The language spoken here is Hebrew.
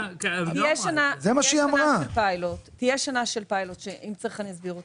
תהיה שנה של פיילוט ואם צריך, אני שוב אסביר אותו.